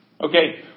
Okay